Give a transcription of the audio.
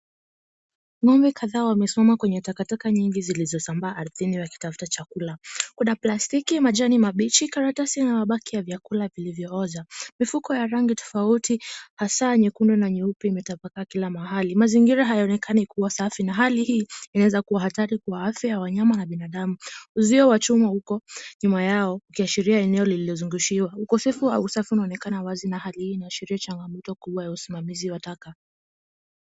Ng'ombe kadhaa wamesimama kwenye takataka nyingi zilizosambaa ardhini wakitafuta chakula. Kuna plastiki, majani mabichi, karatasi na mabaki ya vyakula vilivyooza. Mifuko ya rangi tofauti, hasaa nyekundu na nyeupe imetapakaa kila mahali. Mazingira hayaonekani kuwa safi na hali hii, inaweza kuwa hatari kwa afya ya wanyama na binadamu. Uzio wa chuma uko nyuma yao, ukiashiria eneo lililozungushiwa. Ukosefu wa usafi unaonekana wazi na hali hii inaashiria changamoto kubwa ya usimamizi wa taka.